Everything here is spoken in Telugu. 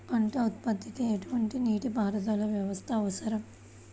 పంట ఉత్పత్తికి ఎటువంటి నీటిపారుదల వ్యవస్థ అవసరం?